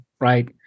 right